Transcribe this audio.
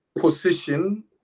position